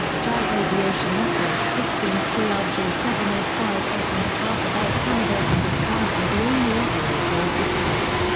jazz aviation operates sixteen c r j seven zero five s on behalf of air canada and is currently the only operator of this type.